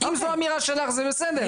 זו האמירה שלך, זה בסדר.